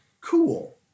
cool